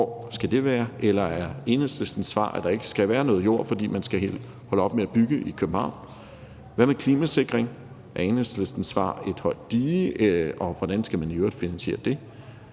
hvor skal det være? Eller er Enhedslistens svar, at der ikke skal være noget jord, fordi man helt skal holde op med at bygge i København? Hvad med klimasikring? Er Enhedslistens svar et højt dige, og hvordan skal man i øvrigt finansiere det?